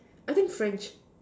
I think French